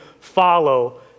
follow